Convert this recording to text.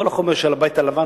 כולל כל החומר של הבית הלבן,